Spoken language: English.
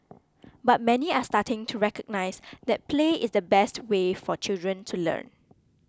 but many are starting to recognise that play is the best way for children to learn